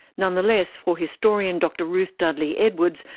nonetheless, for historian dr ruth dudley edwards,